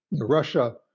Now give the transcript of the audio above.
Russia